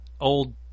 old